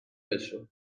بشو